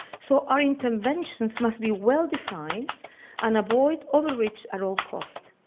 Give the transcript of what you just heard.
so our interventions must be well designed and avoid over reach at all cost.